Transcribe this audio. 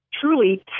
truly